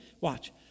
Watch